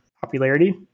popularity